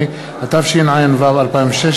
106 והוראת שעה),